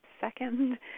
second